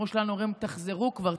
כמו שלנו אומרים: תחזרו כבר,